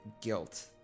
guilt